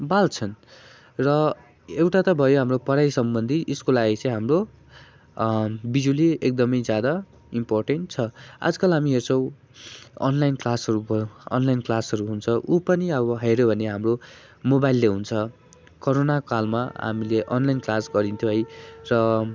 बाल्छन् र एउटा त भयो हाम्रो पढाइसम्बन्धी यसको लागि चाहिँ हाम्रो बिजुली एकदमै ज्यादा इम्पोर्टेन्ट छ आजकल हामी हेर्छौँ अनलाइन क्लासहरू भयो अनलाइन क्लासहरू हुन्छ उ पनि अब हेर्यो भने हाम्रो मोबाइलले हुन्छ कोरोना कालमा हामीले अनलाइन क्लास गरिन्थ्यो र